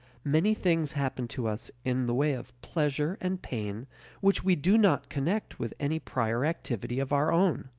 many things happen to us in the way of pleasure and pain which we do not connect with any prior activity of our own.